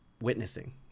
witnessing